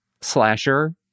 slasher